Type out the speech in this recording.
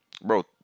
Bro